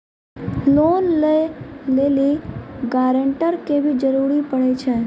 Loan लै लेली guarantor के भी जरूरी पड़ै छै?